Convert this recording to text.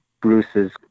Bruce's